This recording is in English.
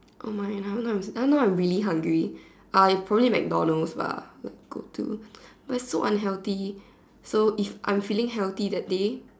oh my now now now I'm really hungry I probably McDonalds lah my go to but it's so unhealthy so if I am feeling healthy that day